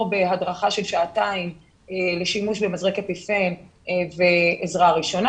בהדרכה של שעתיים לשימוש במזרק אפיפן ועזרה ראשונה,